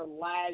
last